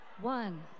one